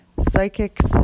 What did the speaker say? Psychics